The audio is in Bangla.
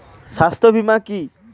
স্বাস্থ্য বীমা কি?